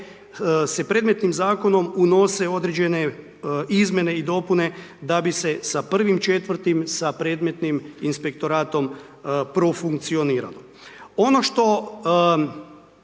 se predmetnim zakonom unose određene izmjene i dopune da bi se sa 1.4. sa predmetnim inspektoratom profunkcioniralo. Ono što